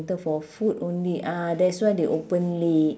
~tre for food only ah that's why they open late